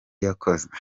yakoze